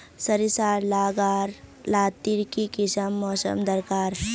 सरिसार ला गार लात्तिर की किसम मौसम दरकार?